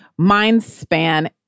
Mindspan